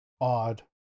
odd